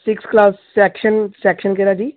six class section section ਕਿਹੜਾ ਜੀ